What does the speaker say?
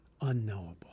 unknowable